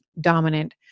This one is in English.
dominant